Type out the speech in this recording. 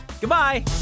Goodbye